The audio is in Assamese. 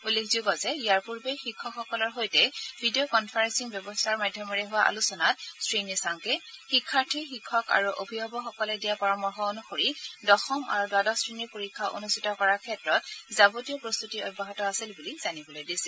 উল্লেখযোগ্য যে ইয়াৰ পূৰ্বে শিক্ষকসকলৰ সৈতে ভিডিঅ কনফাৰেলিং মধ্যমেৰে হোৱা আলোচনাত শ্ৰীনিশাংকে শিক্ষাৰ্থী শিক্ষক আৰু অভিভাৱকসকলে দিয়া পৰামৰ্শ অনুসৰি দশম আৰু দ্বাদশ শ্ৰেণীৰ পৰীক্ষা অনুষ্ঠিত কৰাৰ ক্ষেত্ৰত যাৱতীয় প্ৰস্ততি অব্যাহত আছিল বুলি জানিবলৈ দিছিল